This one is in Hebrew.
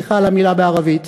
סליחה על המילה בערבית,